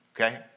Okay